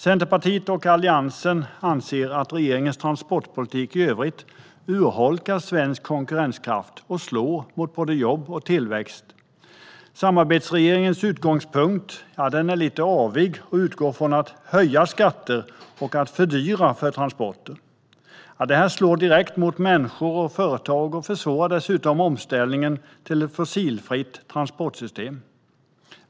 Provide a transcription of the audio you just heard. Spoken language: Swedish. Centerpartiet och Alliansen anser att regeringens transportpolitik i övrigt urholkar svensk konkurrenskraft och slår mot både jobb och tillväxt. Samarbetsregeringens utgångspunkt är lite avig och innebär att man ska höja skatter och fördyra för transporter. Detta slår direkt mot människor och företag och försvårar dessutom omställningen till ett fossilfritt transportsystem.